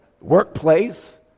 workplace